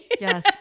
Yes